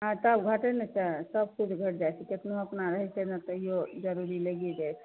हँ तब घटै नहि तऽ सब चीज घटि जाइ छै केतनो अपना रहै छै ने तैयो जरूरी लागिए जाइ छै